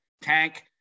tank